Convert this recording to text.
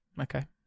Okay